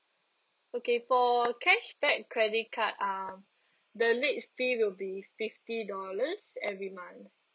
okay for cashback credit card um the late fee will be fifty dollars every month